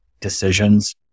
decisions